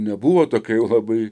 nebuvo tokia jau labai